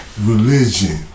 Religion